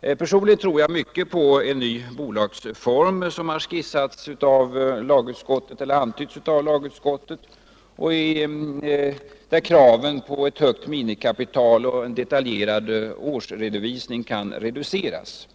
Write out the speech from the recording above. Personligen tror jag mycket på den nya bolagsform som antytts av lagutskottet, en bolagsform där kraven på ett högt mini mikapital och en detaljerad årsredovisning kan reduceras.